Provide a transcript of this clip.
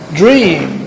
dream